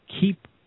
keep